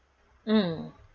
mm